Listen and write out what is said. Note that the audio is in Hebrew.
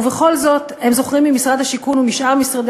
ובכל זאת הם זוכים ממשרד השיכון ומשאר משרדי